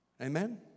Amen